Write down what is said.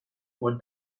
four